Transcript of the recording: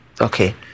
Okay